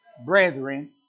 brethren